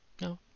No